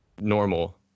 normal